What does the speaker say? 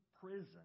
prison